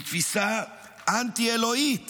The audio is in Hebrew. היא תפיסה אנטי-אלוהית.